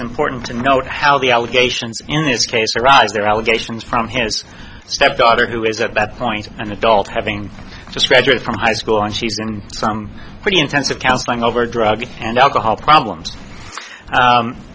important to note how the allegations in this case arise there are allegations from his stepdaughter who is at that point an adult having just graduated from high school and she's in some pretty intensive counseling over drug and alcohol problems